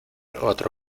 otro